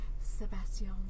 Sebastian